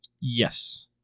Yes